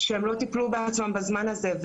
כשהם לא טיפלו בעצמם בזמן הזה.